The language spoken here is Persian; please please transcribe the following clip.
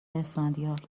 اسفندیار